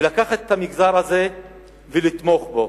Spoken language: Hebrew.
ולקחת את המגזר הזה ולתמוך בו.